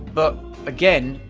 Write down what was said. but again,